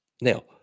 Now